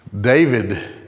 David